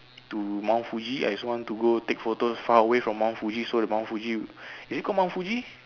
to mount Fuji I also want to go take photos far away from mount Fuji so the mount Fuji is it called mount Fuji